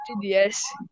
yes